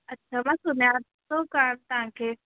अच्छा मां सुञातो कोन्ह तव्हांखे